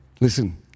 Listen